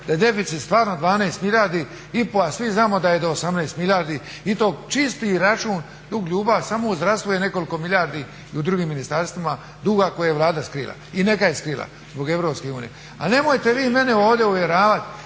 da je deficit stvarno 12,5 milijardi, a svi znamo da je do 18 milijardi i to čisti račun, duga ljubav. Samo u zdravstvu je nekoliko milijardi, a i u drugim ministarstvima, duga koji je Vlada skrila. I neka je skrila, zbog EU. Ali nemojte vi mene ovdje uvjeravati,